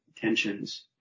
tensions